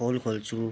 खोल खोल्छु